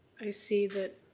i see that,